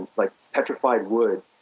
like petrified wood,